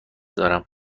دارم